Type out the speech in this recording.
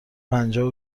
پنجاه